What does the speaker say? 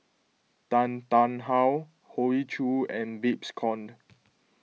Tan Tarn How Hoey Choo and Babes Conde